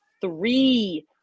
three